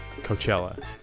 coachella